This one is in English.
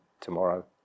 tomorrow